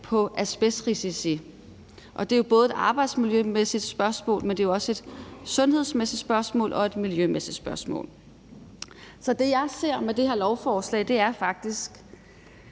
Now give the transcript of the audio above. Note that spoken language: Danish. på asbestrisici. Det er jo et arbejdsmiljømæssigt spørgsmål, men det er jo også et sundhedsmæssigt spørgsmål og et miljømæssigt spørgsmål. Så det, jeg ser med det her lovforslag, er faktisk,